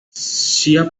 sea